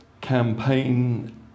campaign